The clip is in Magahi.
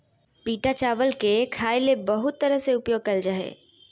पिटा चावल के खाय ले बहुत तरह से उपयोग कइल जा हइ